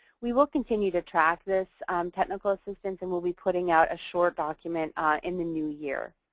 we will continue to track this technical assistance and we'll be putting out a short document in the new year.